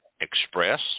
Express